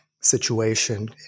situation